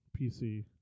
pc